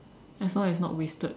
as long as not wasted